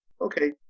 okay